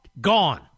gone